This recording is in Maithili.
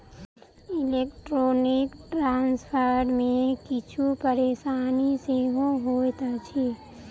इलेक्ट्रौनीक ट्रांस्फर मे किछु परेशानी सेहो होइत अछि